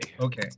Okay